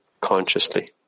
consciously